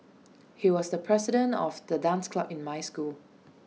he was the president of the dance club in my school